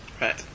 right